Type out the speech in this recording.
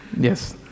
Yes